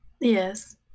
yes